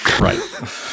Right